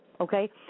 okay